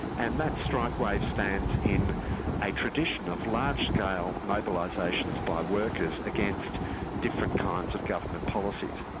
and that strike wave stands in a tradition of large-scale mobilisations by workers against different kinds of government policies.